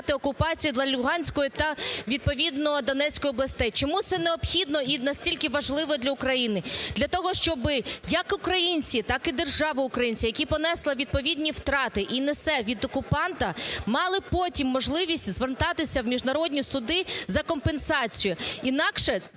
окупації для Луганської та відповідно Донецької областей. Чому це необхідно і настільки важливо для України? Для того, щоб як українці так і держава українців, які понесла відповідні втрати і несе від окупанта, мали б потім можливість звертатися в міжнародні суди за компенсацією, інакше